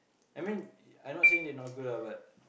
I mean I not saying they not good ah but